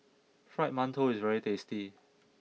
Fried Mantou is very tasty